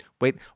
wait